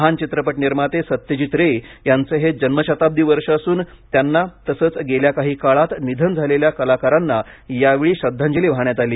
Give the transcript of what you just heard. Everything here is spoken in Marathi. महान चित्रपट निर्माते सत्यजित रे यांच हे जन्मशताब्दी वर्ष असून त्यांना तसंच गेल्या काही काळात निधन झालेल्या कलाकाराना यावेळी श्रद्धांजली वाहण्यात आली